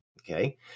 Okay